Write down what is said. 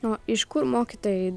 o iš kur mokytojai